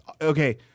okay